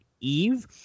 Eve